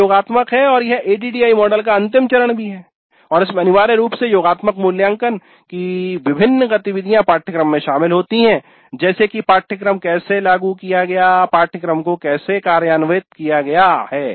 यह योगात्मक है और यह एडीडीआईई मॉडल का अंतिम चरण है और इसमें अनिवार्य रूप से योगात्मक मूल्यांकन की विभिन्न गतिविधियां पाठ्यक्रम शामिल होती है जैसे कि पाठ्यक्रम को कैसे लागू किया गया है पाठ्यक्रम को कैसे कार्यान्वित किया गया हैं